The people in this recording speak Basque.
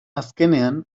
azkenean